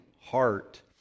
heart